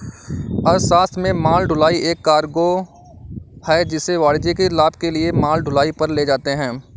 अर्थशास्त्र में माल ढुलाई एक कार्गो है जिसे वाणिज्यिक लाभ के लिए माल ढुलाई पर ले जाते है